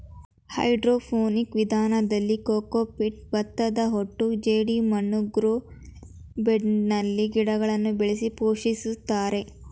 hydroponic ವಿಧಾನದಲ್ಲಿ cocopeat, ಭತ್ತದಹೊಟ್ಟು ಜೆಡಿಮಣ್ಣು ಗ್ರೋ ಬೆಡ್ನಲ್ಲಿ ಗಿಡಗಳನ್ನು ಬೆಳೆಸಿ ಪೋಷಿಸುತ್ತಾರೆ